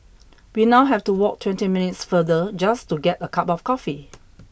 we now have to walk twenty minutes farther just to get a cup of coffee